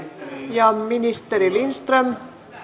ministeri lindström